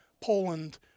Poland